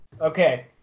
okay